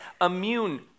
immune